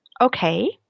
okay